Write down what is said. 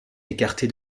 écartées